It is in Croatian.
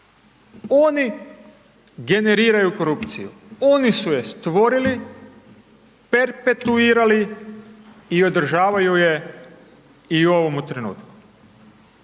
Oni generiraju korupciju, oni su je stvorili, perpetuirali i održavaju je i u ovome trenutku.